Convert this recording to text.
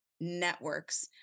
networks